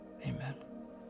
Amen